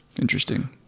Interesting